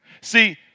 See